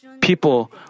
People